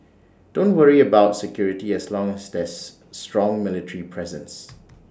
don't worry about security as long as there's strong military presence